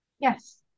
Yes